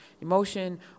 Emotion